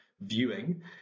viewing